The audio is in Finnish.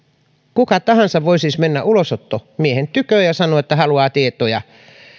kuka tahansa voi siis mennä ulosottomiehen tykö ja sanoa että haluaa tietoja